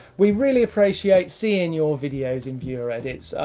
we really appreciate seeing your videos and viewer edits.